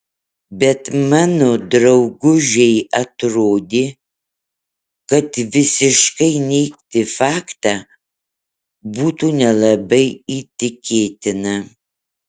bet mano draugužei atrodė kad visiškai neigti faktą būtų nelabai įtikėtina